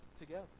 together